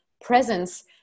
presence